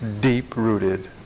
deep-rooted